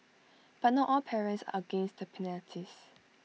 but not all parents are against the penalties